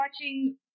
watching